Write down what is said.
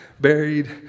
buried